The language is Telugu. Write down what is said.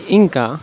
ఇంకా